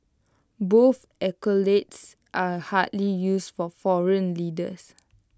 both accolades are hardly used for foreign leaders